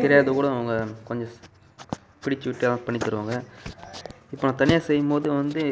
தெரியாத கூட அவுங்க கொஞ்ச பிடிச்சி விட்டு தருவாங்க இப்போ நான் தனியாக செய்யும்போது வந்து